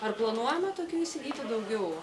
ar planuojama tokių įsigyti daugiau